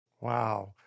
Wow